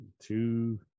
two